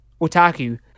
otaku